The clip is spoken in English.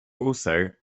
also